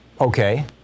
Okay